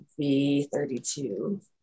V32